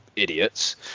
idiots